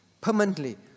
permanently